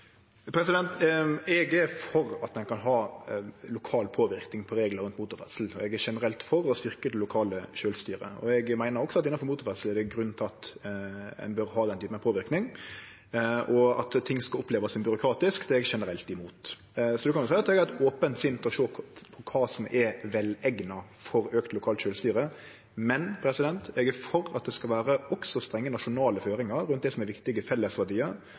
Eg er for at ein kan ha lokal påverknad på reglar rundt motorferdsel, og eg er generelt for å styrkje det lokale sjølvstyret. Eg meiner også at innanfor motorferdsel er det grunn til at ein bør ha den typen påverknad, og at ting skal opplevast som byråkratisk, er eg generelt imot. Så ein kan seie at eg har eit opent sinn når det gjeld å sjå kva som er veleigna for auka lokalt sjølvstyre, men eg er for at det også skal vere strenge nasjonale føringar rundt det som er viktige